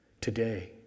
today